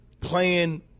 playing